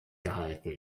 gehalten